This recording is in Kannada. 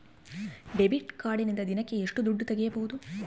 ಡೆಬಿಟ್ ಕಾರ್ಡಿನಿಂದ ದಿನಕ್ಕ ಎಷ್ಟು ದುಡ್ಡು ತಗಿಬಹುದು?